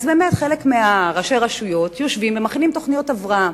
אז באמת חלק מראשי הרשויות יושבים ומכינים תוכניות הבראה.